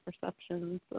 perceptions